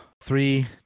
Three